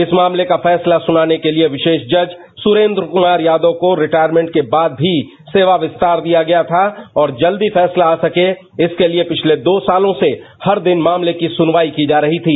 इस मामले का फैसला सुनाने के लिए विशेष जज सुरेन्द्र कुमार यादव को रिटायरमेंट के बाद भी सेवा विस्तार दिया गया था और जल्दी फैसला आ सके इसके लिए पिछले दो सालों से हर दिन मामले की सुनवाई की जा रही थी